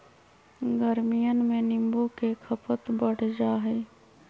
गर्मियन में नींबू के खपत बढ़ जाहई